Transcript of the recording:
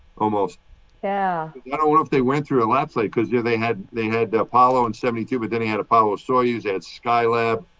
almost yeah yeah don't know if they went through a landslide because yeah they had they had the apollo in seventy two but then they had apollo soyuz they had skylab,